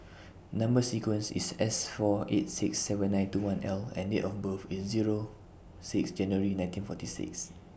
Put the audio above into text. Number sequence IS S four eight six seven nine two one L and Date of birth IS Zero six January nineteen forty six